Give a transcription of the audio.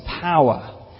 power